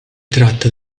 tratta